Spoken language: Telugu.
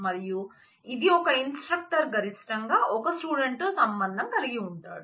మరియు ఇది ఒక ఇన్స్ట్రక్టర్ గరిష్టంగా ఒక స్టూడెంట్ తో సంబంధం కలిగి ఉంటాడు